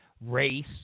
race